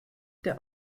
der